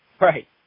Right